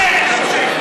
נמאסתם.